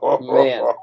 man